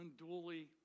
unduly